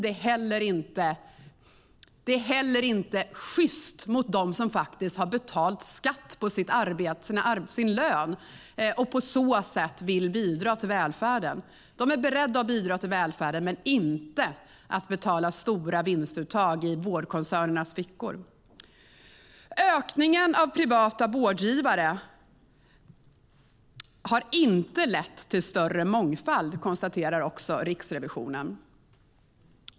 Det är inte heller sjyst mot dem som har betalat skatt på sin lön och på så sätt vill bidra till välfärden. De är beredda att bidra till välfärden men inte att betala stora vinstuttag i vårdkoncernerna. Ökningen av privata vårdgivare har inte lett till större mångfald, konstaterar Riksrevisionen.